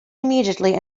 immediately